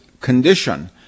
condition